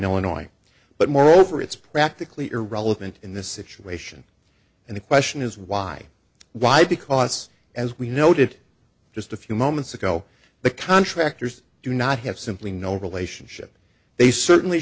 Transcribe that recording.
illinois but moreover it's practically irrelevant in this situation and the question is why why because as we noted just a few moments ago the contractors do not have simply no relationship they certainly